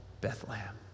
Bethlehem